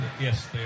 Yes